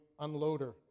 unloader